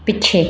ਪਿੱਛੇ